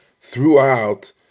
throughout